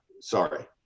sorry